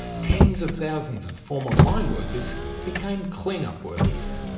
tens of thousands of former mine workers became clean-up workers.